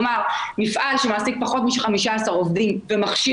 כלומר מפעל שמעסיק פחות מ-15 עובדים ומכשיר